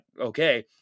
okay